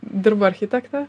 dirbu architekte